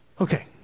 Okay